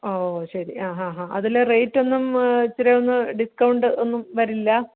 ഓ ശരി ആ ഹ ഹ അതിൽ റേറ്റൊന്നും ഇച്ചിരി ഒന്ന് ഡിസ്കൗണ്ട് ഒന്നും വരില്ല